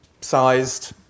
sized